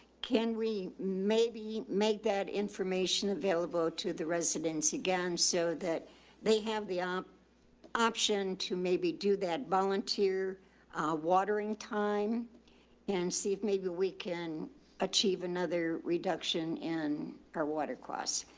can re maybe made that information available to the residents again so that they have the um option to maybe do that volunteer a watering time and see if maybe we can achieve another reduction in our water costs.